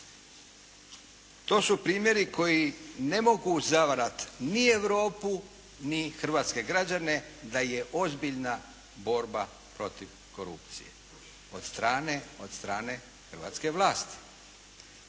To su primjeri koji ne mogu zavarati ni Europu, ni hrvatske građane, da je ozbiljna borba protiv korupcije od strane hrvatske vlasti.